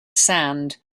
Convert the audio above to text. sand